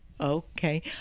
Okay